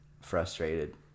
frustrated